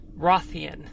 Rothian